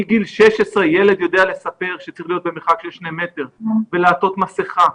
מגיל 16 ילד יודע לספר שצריך להיות במרחק של שני מטרים ולעטות מסכה,